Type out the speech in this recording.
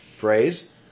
phrase